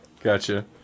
gotcha